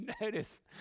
notice